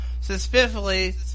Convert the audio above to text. Suspiciously